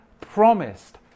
promised